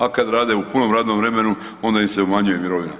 A kad rade u punom radnom vremenu onda im se umanjuje mirovina.